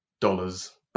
dollars